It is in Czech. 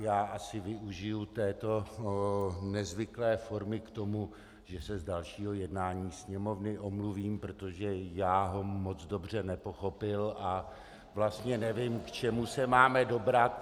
Já asi využiji této nezvyklé formy k tomu, že se z dalšího jednání Sněmovny omluvím, protože jsem ho moc dobře nepochopil a vlastně nevím, k čemu se máme dobrat.